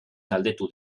galdetu